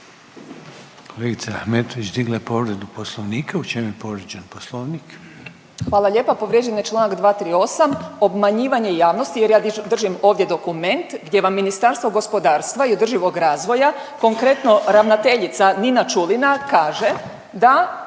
Kolegica Ahmetović digla je povredu Poslovnika, u čem je povrijeđen Poslovnik? **Ahmetović, Mirela (SDP)** Hvala lijepo, povrijeđen je čl. 238. obmanjivanje javnosti jer ja držim ovdje dokument gdje vam Ministarstvo gospodarstva i održivog razvoja, konkretno ravnateljica Nina Čulina kaže da